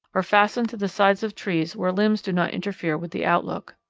or fastened to the sides of trees where limbs do not interfere with the outlook.